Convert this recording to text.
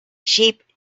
sheep